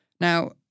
Now